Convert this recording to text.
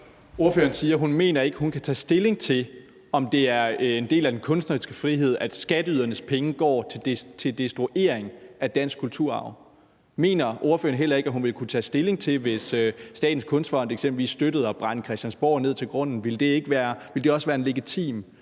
Ordføreren siger, at hun ikke mener, at hun kan tage stilling til, om det er en del af den kunstneriske frihed, at skatteydernes penge går til destruktion af dansk kulturarv. Mener ordføreren heller ikke, at hun ville kunne tage stilling til det, hvis Statens Kunstfond eksempelvis støttede at brænde Christiansborg ned til grunden? Ville det også være en legitim